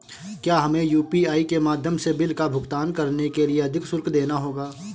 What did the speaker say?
क्या हमें यू.पी.आई के माध्यम से बिल का भुगतान करने के लिए अधिक शुल्क देना होगा?